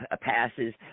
passes